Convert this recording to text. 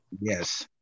yes